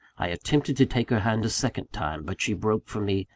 i attempted to take her hand a second time but she broke from me,